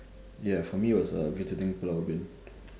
ya for me it was uh visiting pulau ubin